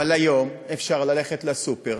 אבל היום אפשר ללכת לסופר